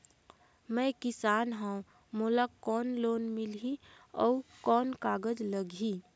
मैं किसान हव मोला कौन लोन मिलही? अउ कौन कागज लगही?